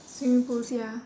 swimming pools ya